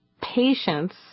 patience